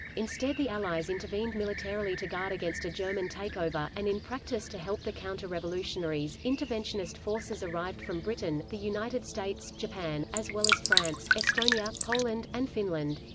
instead the allies intervened militarily to guard against a german takeover, and in practice to help the counter-revolutionaries. interventionist forces arrived from britain, the united states, japan, as well as france, estonia, poland, and finland.